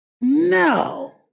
No